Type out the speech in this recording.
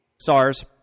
SARS